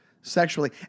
sexually